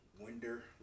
Winder